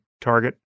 target